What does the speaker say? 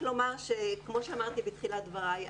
כמו שאמרתי בתחילת דבריי,